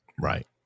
Right